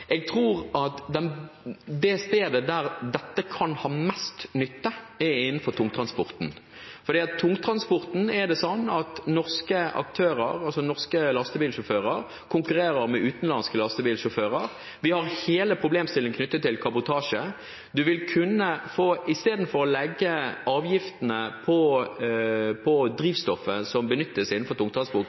jeg tror at der dette kan være til mest nytte, er innenfor tungtransporten, for innenfor tungtransporten er det sånn at norske aktører, altså norske lastebilsjåfører, konkurrerer med utenlandske lastebilsjåfører. Vi har hele problemstillingen knyttet til kabotasje. Istedenfor å legge avgiftene på drivstoffet som benyttes innenfor